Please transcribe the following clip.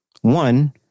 One